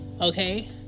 Okay